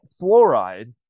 fluoride